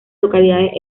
localidades